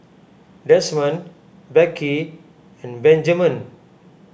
Desmond Becky and Benjaman